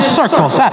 circles